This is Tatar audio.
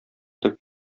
төп